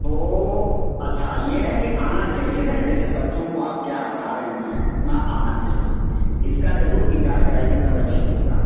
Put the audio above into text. तो अच्छा ये है कि आना चहिए न जैसे बच्चों को आप क्या पढ़ा रही हैं उतना आना चहिए इसका जरूर विचार करेंगे तबै ठीक होगा